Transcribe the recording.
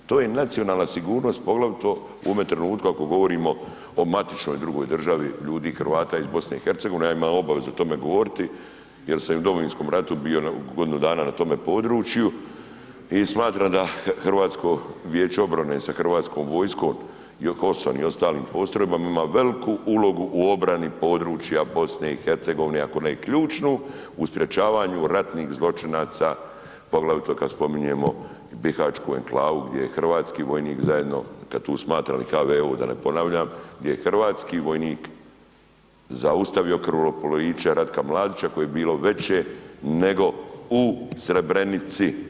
To je nacionalna sigurnost poglavito u ovome trenutku ako govorimo o matičnoj drugoj državi ljudi i Hrvata iz BiH-a, ja imam obavezu o tome govoriti jer sam i u Domovinskom ratu bio godinu dana na tome području i smatram da HVO sa Hrvatskom vojskom, HOS-om i ostalim postrojbama imaju veliku ulogu u obrani područja BiH-a ako ne i ključnu u sprječavaju ratnih zločinaca poglavito kada spominjemo Bihaćku enklavu gdje je hrvatski vojnik zajedno, tu smatram i HV-u da ne ponavljam, gdje je hrvatski vojnik zaustavio krvoproliće Ratka Mladića koje je bilo veće nego u Srebrenici.